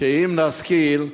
שאם נשכיל,